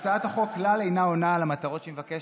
הצעת החוק כלל אינה עונה על המטרות שהיא מבקשת.